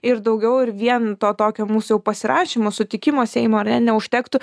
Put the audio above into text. ir daugiau ir vien to tokio mūsų jau pasirašymo sutikimo seimo ar ne neužtektų